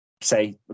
Say